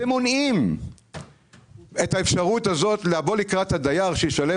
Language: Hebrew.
אתם מונעים את האפשרות הזאת לבוא לקראת הדייר שהוא ישלם